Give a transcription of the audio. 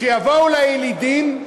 שיבואו לילידים,